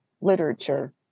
literature